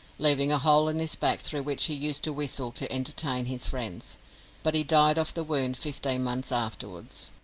leaving a hole in his back through which he used to whistle to entertain his friends but he died of the wound fifteen months afterwards.